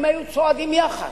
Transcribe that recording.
הם היו צועדים יחד,